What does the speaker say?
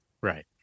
Right